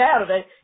Saturday